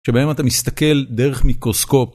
שבהם אתה מסתכל דרך מיקרוסקופ.